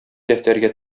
дәфтәргә